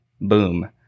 boom